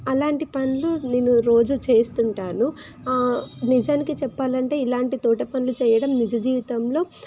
అలాంటి పనులు నేను రోజు చేస్తుంటాను నిజానికి చెప్పాలంటే ఇలాంటి తోట పనులు చేయడం నిజ జీవితంలో